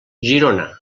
girona